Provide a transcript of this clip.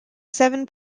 seven